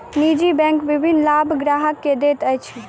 निजी बैंक विभिन्न लाभ ग्राहक के दैत अछि